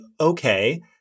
okay